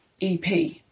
EP